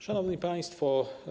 Szanowni Państwo!